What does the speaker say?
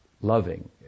loving